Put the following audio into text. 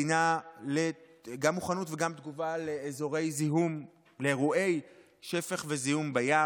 וגם תגובה לאירועי שפך וזיהום בים.